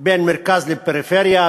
בין מרכז לפריפריה,